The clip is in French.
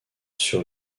sur